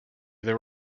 there